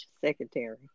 secretary